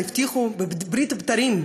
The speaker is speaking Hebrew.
הבטיחו בברית בין הבתרים,